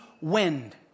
wind